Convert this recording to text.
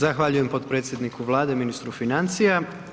Zahvaljujem potpredsjedniku Vlade, ministru financija.